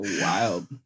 Wild